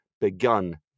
begun